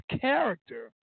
character